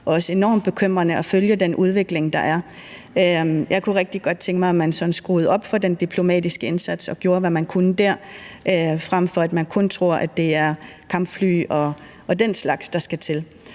er også enormt bekymrende at følge den udvikling, der er. Jeg kunne rigtig godt tænke mig, at man sådan skruede op for den diplomatiske indsats og gjorde, hvad man kunne dér, frem for at man kun tror, det er kampfly og den slags, der skal til.